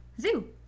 Zoo